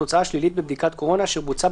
תוצאה שלילית בבדיקת קורונה אשר בוצעה